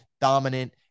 dominant